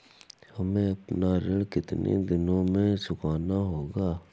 हमें अपना ऋण कितनी दिनों में चुकाना होगा?